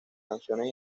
canciones